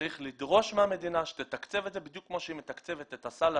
צריך לדרוש מהמדינה שתתקצב את זה בדיוק כמו שהיא מתקצבת את הסל לתלמיד.